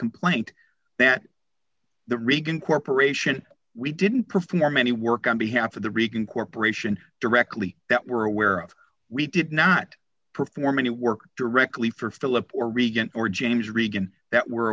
complaint that the reagan corporation we didn't perform any work on behalf of the reagan corporation directly that we're aware of we did not perform any work directly for phillip or reagan or james reagan that we're